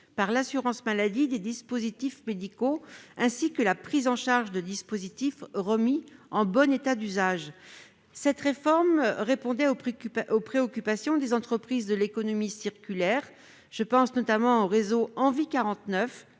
par l'assurance maladie des dispositifs médicaux, ainsi que la possibilité de prise en charge par l'assurance maladie de dispositifs remis en bon état d'usage. Cette réforme répondait aux préoccupations des entreprises de l'économie circulaire- je pense notamment au réseau Envie